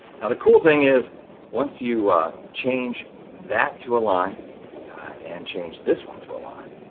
now, the cool thing is once you change that to a line and change this one to a line.